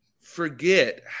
forget